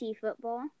Football